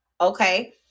okay